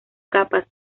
capas